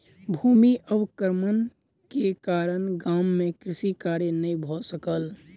भूमि अवक्रमण के कारण गाम मे कृषि कार्य नै भ सकल